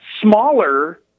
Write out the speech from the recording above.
smaller